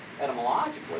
etymologically